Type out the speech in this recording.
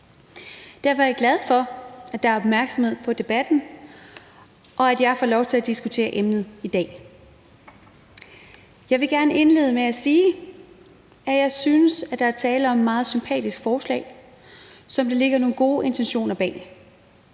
Derfor er jeg glad for, at der er opmærksomhed på det i debatten, og at jeg får lov til at diskutere emnet i dag. Jeg vil gerne indlede med at sige, at jeg synes, der er tale om et meget sympatisk forslag, som der ligger nogle gode intentioner bag.